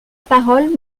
parole